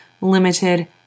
limited